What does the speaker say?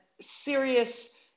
serious